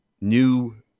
new